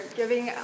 giving